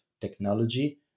technology